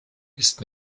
ist